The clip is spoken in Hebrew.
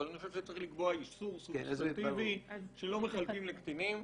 אבל אני חושב שצריך לקבוע איסור שלא מחלקים לקטינים,